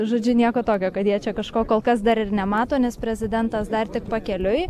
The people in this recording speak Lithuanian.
žodžiu nieko tokio kad jie čia kažko kol kas dar ir nemato nes prezidentas dar tik pakeliui